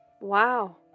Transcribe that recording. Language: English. Wow